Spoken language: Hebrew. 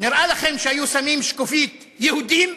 נראה לכם שהיו שמים שקופית "יהודים"